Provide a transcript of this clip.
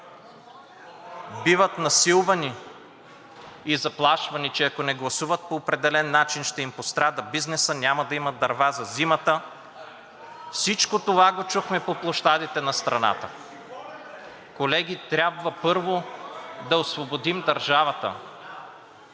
биват насилвани и заплашвани, че ако не гласуват по определен начин, ще им пострада бизнесът, няма да имат дърва за зимата. Всичко това го чухме по площадите на страната. (Шум и реплики: „Ти си болен бе!“)